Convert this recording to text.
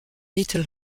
little